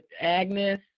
Agnes